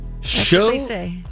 Show